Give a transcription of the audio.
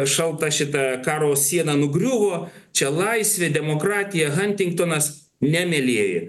šalta šita karo siena nugriuvo čia laisvė demokratija hantingtonas ne mielieji